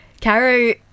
Caro